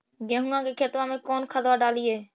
गेहुआ के खेतवा में कौन खदबा डालिए?